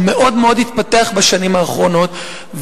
הוא מאוד מאוד התפתח בשנים האחרונות,